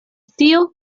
tio